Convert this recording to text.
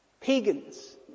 Pagans